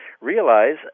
realize